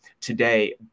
today